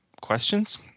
questions